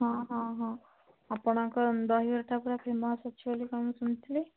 ହଁ ହଁ ହଁ ଆପଣଙ୍କ ଦହିବରାଟା ପୁରା ଫେମସ୍ ଅଛି ବୋଲି କ'ଣ ମୁଁ ଶୁଣିଥିଲି